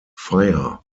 fire